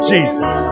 Jesus